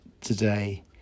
today